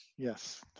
Yes